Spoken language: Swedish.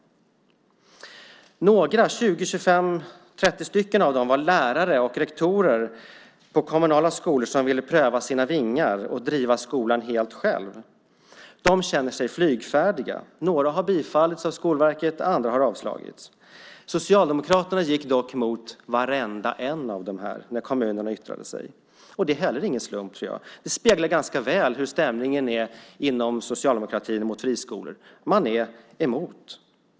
Några - 20, 25 eller 30 - lärare och rektorer, på kommunala skolor ville pröva sina vingar och pröva att driva sin skola helt själva. De känner sig flygfärdiga. Några ansökningar har bifallits av Skolverket. Andra ansökningar har avslagits. Socialdemokraterna gick dock emot varje ansökan när kommunerna yttrade sig. Inte heller det är en slump, tror jag. Detta speglar ganska väl stämningen inom socialdemokratin när det gäller friskolor. Man är emot.